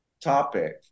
topic